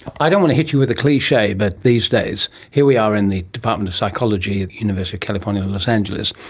i don't want to hit you with a cliche, but these days here we are in the department of psychology at the university of california los angeles,